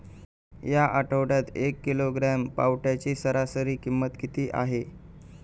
या आठवड्यात एक किलोग्रॅम पावट्याची सरासरी किंमत किती आहे?